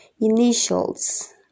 initials